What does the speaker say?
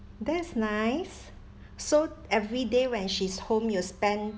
that's nice so every day when she's home you spend